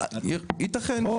או